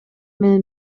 менен